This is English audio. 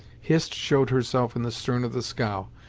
hist showed herself in the stern of the scow,